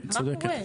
מה קורה?